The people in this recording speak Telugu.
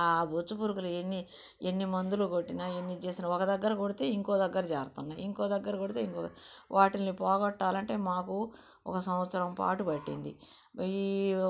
ఆ బొచ్చు పురుగులు ఎన్ని ఎన్ని మందులు కొట్టినా ఎన్ని చేసినా ఒకదగ్గర కొడితే ఇంకో దగ్గర చేరుతున్నాయి ఇంకోదగ్గర కొడితే ఇంకో వాటిని పోగొట్టాలంటే మాకు ఒక సంవత్సరం పాటు పట్టింది ఇవి